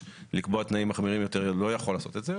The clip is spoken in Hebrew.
לקבוע תנאים מחמירים יותר לא יכול לעשות את זה.